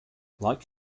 like